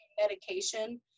medication